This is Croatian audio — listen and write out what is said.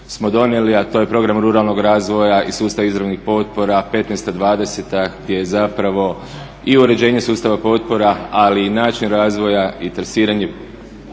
smo donijeli, a to je program ruralnog razvoja i sustav izravnih potpora petnaesta dvadeseta, gdje je zapravo i uređenje sustava potpora, ali i način razvoja, interesiranje